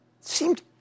Seemed